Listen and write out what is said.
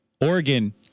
Oregon